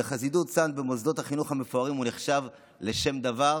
במוסדות החינוך המפוארים בחסידות צאנז